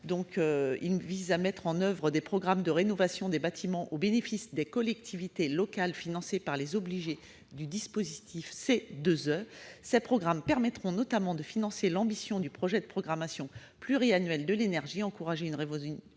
Moga vise à mettre en oeuvre des programmes de rénovation des bâtiments au bénéfice des collectivités locales financés par les obligés du dispositif CEE. Ces programmes permettraient notamment de financer l'ambition du projet de programmation pluriannuelle de l'énergie « Encourager une rénovation